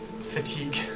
fatigue